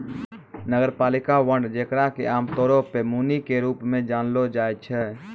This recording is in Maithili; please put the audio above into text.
नगरपालिका बांड जेकरा कि आमतौरो पे मुनि के रूप मे जानलो जाय छै